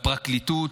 לפרקליטות.